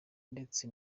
ndetse